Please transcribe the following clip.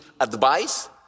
advice